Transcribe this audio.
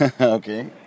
Okay